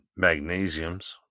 magnesiums